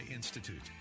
Institute